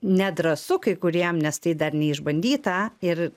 nedrąsu kai kuriem nes tai dar neišbandyta ir